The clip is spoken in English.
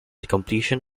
completion